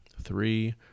Three